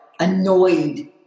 Annoyed